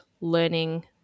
learning